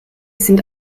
sind